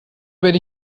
werde